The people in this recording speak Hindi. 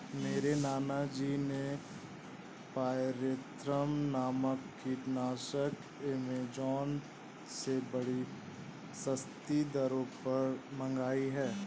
मेरे नाना जी ने पायरेथ्रम नामक कीटनाशक एमेजॉन से बड़ी सस्ती दरों पर मंगाई है